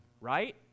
Right